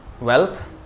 wealth